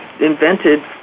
invented